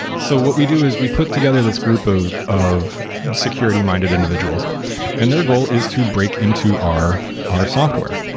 so what we do is we put together this group of of security-minded individuals and their goal is to break into our our software.